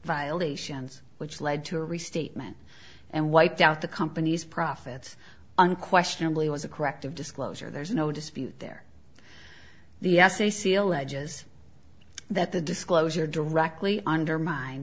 violations which led to a restatement and wiped out the company's profits unquestionably was a corrective disclosure there's no dispute there the essay seal edges that the disclosure directly undermine